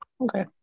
Okay